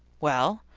well,